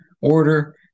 order